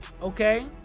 Okay